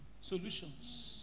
solutions